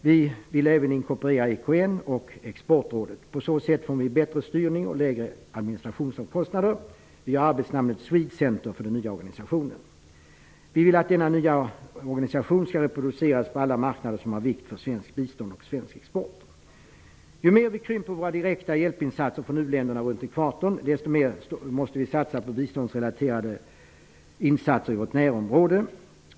Vi vill även inkorporera EKN och Exportrådet. På så sätt får vi en bättre styrning och lägre administrationskostnader. Vi har gett den nya organisationen arbetsnamnet Swede-Center. Vi vill att denna nya organisation skall reproduceras på alla marknader som är av vikt för svenskt bistånd och svensk export. Ju mer vi krymper våra direkta hjälpinsatser till uländerna runt ekvatorn, desto mer måste vi satsa på biståndsrelaterade insatser i vårt närområde.